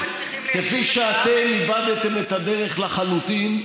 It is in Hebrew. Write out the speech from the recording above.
אתם לא מצליחים כפי שאתם איבדתם את הדרך לחלוטין,